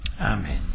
amen